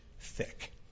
thick